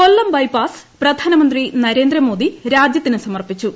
കൊല്ലം bypass പ്രധാനമന്ത്രി നരേന്ദ്രമോദി രാജ്യത്തിന് സമർപ്പിച്ചു